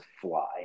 fly